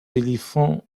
éléphants